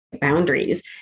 boundaries